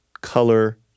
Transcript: color